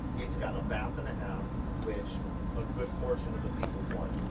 it's got a bath and a half, which a good portion of the people want.